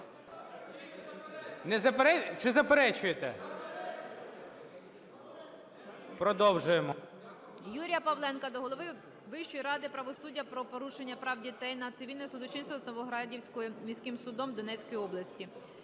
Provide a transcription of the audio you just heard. чи заперечуєте? Продовжуємо. ГОЛОВУЮЧИЙ. Юрія Павленка до голови Вищої ради правосуддя про порушення прав дітей на цивільне судочинство Новогродівським міським судом Донецької області.